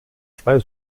zwei